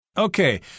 Okay